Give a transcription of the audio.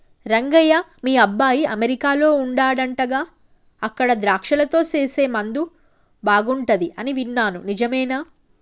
రంగయ్య మీ అబ్బాయి అమెరికాలో వుండాడంటగా అక్కడ ద్రాక్షలతో సేసే ముందు బాగుంటది అని విన్నాను నిజమేనా